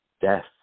death